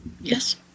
yes